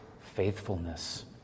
faithfulness